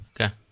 okay